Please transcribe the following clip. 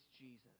Jesus